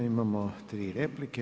Imamo tri replike.